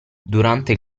durante